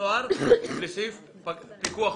צוהר לסעיף פיקוח,